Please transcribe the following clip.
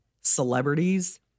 Celebrities